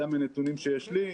זה מנתונים שיש לי.